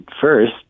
first